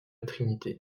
trinité